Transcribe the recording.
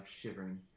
shivering